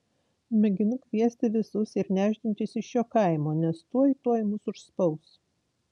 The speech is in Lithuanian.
mėginu kviesti visus ir nešdintis iš šio kaimo nes tuoj tuoj mus užspaus